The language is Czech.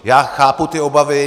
Já chápu ty obavy.